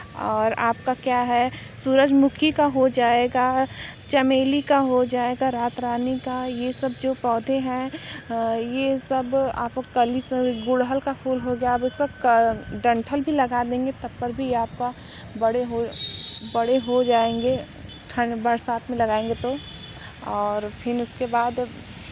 और आपका क्या है सूरजमुखी का हो जाएगा चमेली का हो जाएगा रात रानी का ये सब जो पौधे हैं ये सब आपको कल से गुड़हल का फूल हो गया आप उसकी क्या डंठल भी लगा देंगे तब पर भी आपका बड़े हुए बड़े हो जाएंगे ठंड बरसात में लगाएंगे तो और फिर उसके बाद